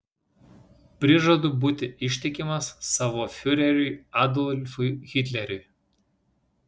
prižadu būti ištikimas savo fiureriui adolfui hitleriui